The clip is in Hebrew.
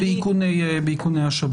באיכוני השב"כ.